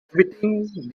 everything